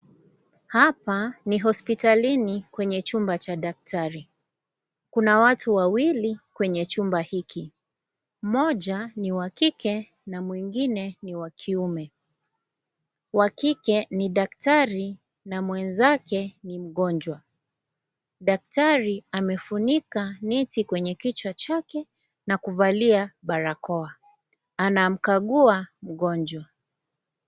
Hapa ni hospitalini kwenye chumba cha daktari. Kuna watu wawili kwenye chumba hiki. Mmoja ni wa kike na mwingine ni wa kiume, wa kike ni daktari na mwenzake ni mgonjwa. Daktari amefunika neti kwenye kichwa chake na kuvalia barakoa. Anamkagua mgonjwa.